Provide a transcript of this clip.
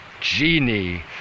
genie